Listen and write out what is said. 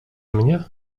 mnie